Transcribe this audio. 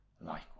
likewise